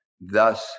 thus